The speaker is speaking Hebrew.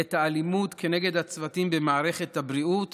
את האלימות כנגד הצוותים במערכת הבריאות